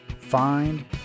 find